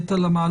ושנית על המהלך.